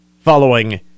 following